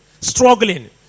struggling